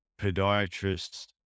podiatrists